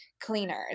cleaners